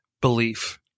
belief